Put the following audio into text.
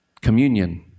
Communion